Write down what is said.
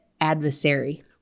adversary